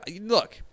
look